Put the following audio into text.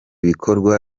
bikorwa